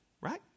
right